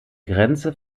grenze